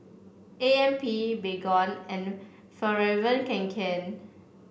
A M P Baygon and Fjallraven Kanken